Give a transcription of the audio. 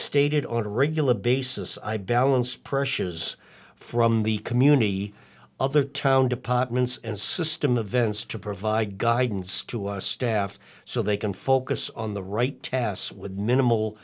stated on a regular basis i balance pressures from the community of the town departments and system of events to provide guidance to our staff so they can focus on the right tasks with minimal